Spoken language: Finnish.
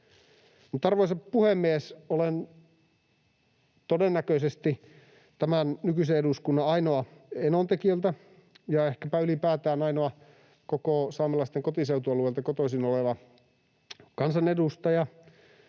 Arvoisa puhemies! Olen todennäköisesti tämän nykyisen eduskunnan ainoa Enontekiöltä — ja ehkäpä ylipäätään ainoa koko saamelaisten kotiseutualueelta — kotoisin oleva kansanedustaja.